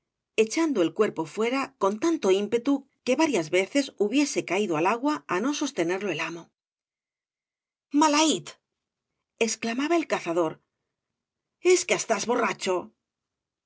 echando el cuerpo fuera con caña s y barro tanto ímpetu que varias veces hubiese caido al agua á no bobtenerlo el amo malait exclamaba el cazador es que estás horradlo